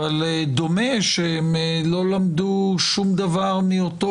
אבל דומה שהם לא למדו שום דבר מאותו